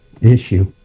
issue